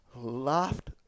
laughed